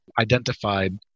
identified